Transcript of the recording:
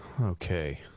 Okay